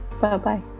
Bye-bye